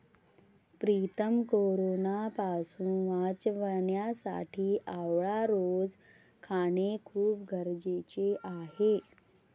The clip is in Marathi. प्रीतम कोरोनापासून वाचण्यासाठी आवळा रोज खाणे खूप गरजेचे आहे